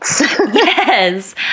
Yes